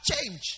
change